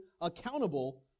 accountable